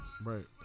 Right